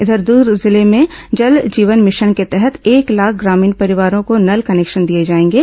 इधर दूर्ग जिले में जल जीवन मिशन के तहत एक लाख ग्रामीण परिवारों को नल कनेक्शन दिए जाएंगे